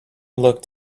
looked